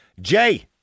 Jay